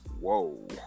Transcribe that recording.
Whoa